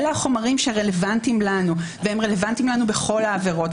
אלה החומרים שרלוונטיים לנו והם כאלה בכל העבירות.